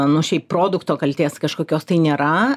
nu šiaip produkto kaltės kažkokios tai nėra